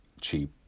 cheap